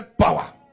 power